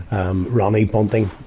um, ronnie bunting,